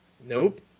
Nope